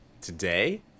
today